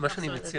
נחזור לזה.